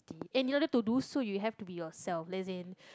and in order to do so you have to be yourself as in